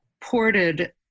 ported